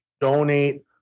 donate